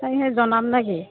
কাইলে জনাম নাকি